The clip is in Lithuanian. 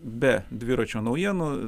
be dviračio naujienų